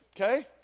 Okay